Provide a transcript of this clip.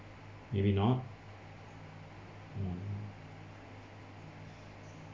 maybe not